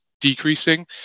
decreasing